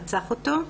או רצח אותו.